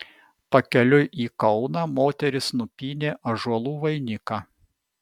pakeliui į kauną moterys nupynė ąžuolų vainiką